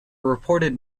reported